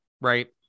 right